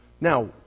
Now